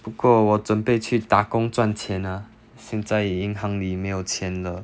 不过我准备去打工赚钱 ah 现在银行里没有钱了